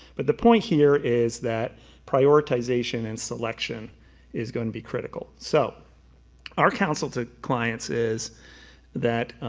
but the point here is that prioritization and selection is going to be critical. so our counsel to clients is that,